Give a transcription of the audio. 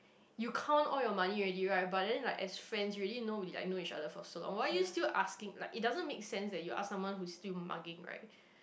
you count all your money already right but then like as friends you already know like we know each other for so long why are you still asking like it doesn't make sense that you ask someone who's still mugging right